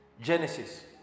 Genesis